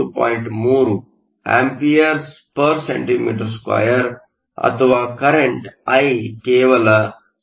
3 A cm 2 ಅಥವಾ ಕರೆಂಟ್Current I ಕೇವಲ 0